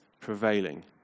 prevailing